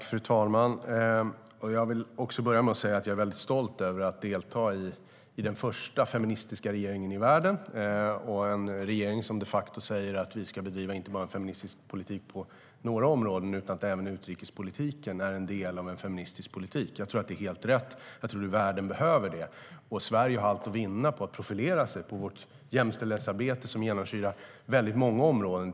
Fru talman! Jag vill börja med att säga att jag är stolt över att sitta i den första feministiska regeringen i världen, en regering som de facto säger att vi inte bara ska bedriva feministisk politik på några områden utan även i utrikespolitiken. Jag tror att det är helt rätt och att världen behöver det. Sverige har allt att vinna på att profilera sig i ett jämställdhetsarbete som genomsyrar väldigt många områden.